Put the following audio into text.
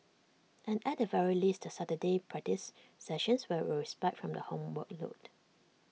and at the very least the Saturday practice sessions were A respite from the homework load